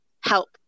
help